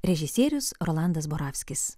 režisierius rolandas borovskis